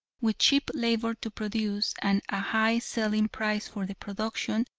with cheap labor to produce, and a high selling price for the production,